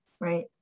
right